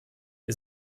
wir